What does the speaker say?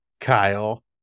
Kyle